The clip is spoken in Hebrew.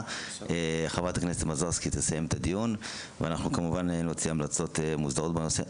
חברת הכנסת מזרסקי תסיים את הדיון ונוציא המלצות מוסדרות בנושא.